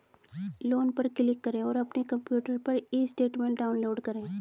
loan पर click करें और अपने कंप्यूटर पर ई स्टेटमेंट डाउनलोड करें